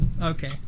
Okay